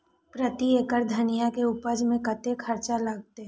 प्रति एकड़ धनिया के उपज में कतेक खर्चा लगते?